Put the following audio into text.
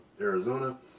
Arizona